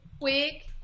quick